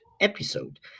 episode